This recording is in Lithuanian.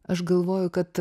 aš galvoju kad